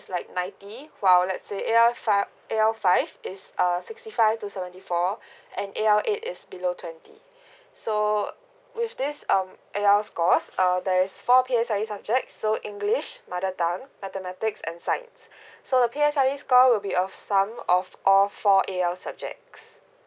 is like ninety while let's say A_L five A_L five is err sixty five to seventy four and A_L eight is below twenty so with this um A_L scores err there's four P_L_S_E subject so english mother tongue mathematics and science so the P_L_S_E score will be of sum of all four A_L subjects